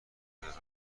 ندارند